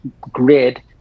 grid